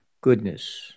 goodness